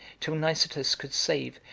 till nicetas could save,